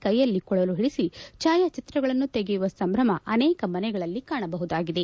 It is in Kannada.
ಕೈಯಲ್ಲಿ ಕೊಳ್ಳಲು ಓಡಿಸಿ ಭಾಯಾಚಿತ್ರಗಳನ್ನು ತೆಗೆಯುವ ಸಂಭ್ರಮ ಅನೇಕ ಮನೆಗಳಲ್ಲಿ ಕಾಣಬಹುದಾಗಿದೆ